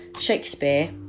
Shakespeare